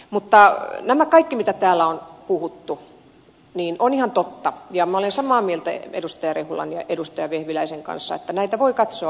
mutta tämä kaikki mitä täällä on puhuttu on ihan totta ja olen samaa mieltä edustaja rehulan ja edustaja vehviläisen kanssa että näitä voi katsoa